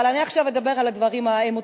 אבל עכשיו אני אדבר על הדברים האמוציונליים,